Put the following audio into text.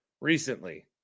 recently